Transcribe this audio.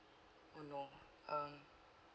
oh no um